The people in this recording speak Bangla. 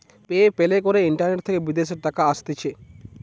পে প্যালে করে ইন্টারনেট থেকে বিদেশের টাকা আসতিছে